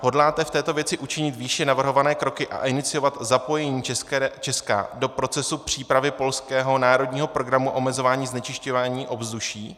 Hodláte v této věci učinit výše navrhované kroky a iniciovat zapojení Česka do procesu přípravy polského národního programu omezování znečišťování ovzduší?